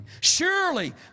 Surely